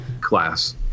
class